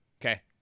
Okay